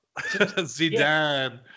Zidane